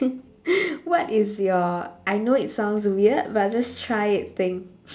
what is your I know it sounds weird but just try it thing